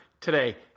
Today